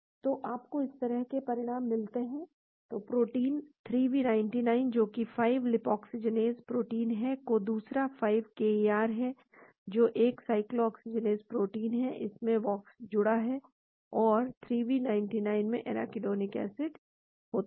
तो आपको इस तरह के परिणाम मिलते हैं तो 2 प्रोटीन 3v99 जो कि 5 लाइपोक्सिजेनेज प्रोटीन है और दूसरा 5 KIR है जो एक साइक्लोऑक्सीजिनेज प्रोटीन है इसमें Vioxx जुड़ा है और 3v99 में एराकिडोनिक एसिड होता है